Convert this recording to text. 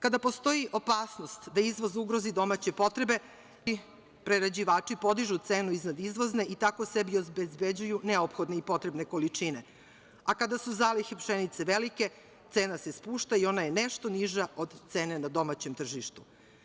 Kada postoji opasnost da izvoz ugrozi domaće potrebe, domaći prerađivači podižu cenu iznad izvozne i tako sebi obezbeđuju neophodne i potrebne količine, a kada su zalihe pšenice velike, cena se spušta i ona je nešto niža od cene na domaćem tržištu.